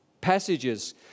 passages